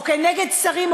או כנגד שרים,